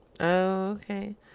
okay